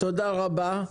תודה רבה.